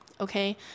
okay